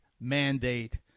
mandate